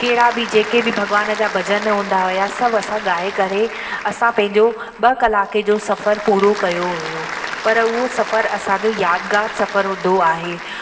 कहिड़ा बि जेके बि भॻिवान जा भॼन हूंदा हुआ सभु असां गाए करे असां पंहिंजो ॿ कलाक जो सफ़र पूरो कयो हुओ पर उहो सफ़र असांजो यादगारु सफ़र हूंदो आहे